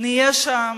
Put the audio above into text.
נהיה שם.